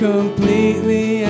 Completely